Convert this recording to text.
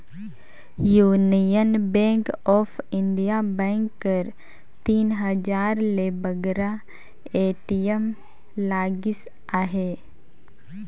union bank of India bank कर तीन हजार ले बगरा ए.टी.एम लगिस अहे